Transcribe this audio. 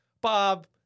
Bob